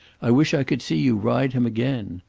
i wish i could see you ride him again.